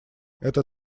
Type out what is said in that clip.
это